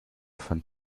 von